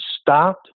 stopped